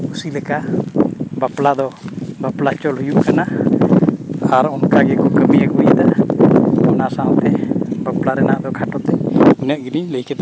ᱠᱩᱥᱤ ᱞᱮᱠᱟ ᱵᱟᱯᱞᱟ ᱫᱚ ᱵᱟᱯᱞᱟ ᱪᱚᱞ ᱦᱩᱭᱩᱜ ᱠᱟᱱᱟ ᱟᱨ ᱚᱱᱠᱟ ᱜᱮᱠᱚ ᱠᱟᱹᱢᱤ ᱟᱹᱜᱩᱭᱮᱫᱟ ᱚᱱᱟ ᱥᱟᱶᱛᱮ ᱵᱟᱯᱞᱟ ᱨᱮᱱᱟᱜ ᱫᱚ ᱠᱷᱟᱴᱚᱛᱮ ᱤᱱᱟᱹᱜ ᱜᱮᱞᱤᱧ ᱞᱟᱹᱭ ᱠᱮᱫᱟ